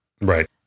Right